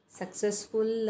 successful